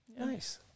Nice